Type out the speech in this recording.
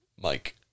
Mike